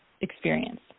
experience